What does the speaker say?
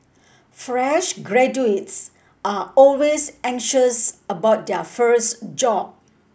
fresh graduates are always anxious about their first job